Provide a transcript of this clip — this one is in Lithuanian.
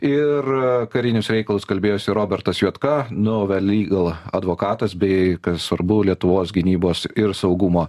ir karinius reikalus kalbėjosi robertas juodka nuve lygal advokatas bei kas svarbu lietuvos gynybos ir saugumo